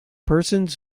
persons